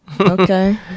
Okay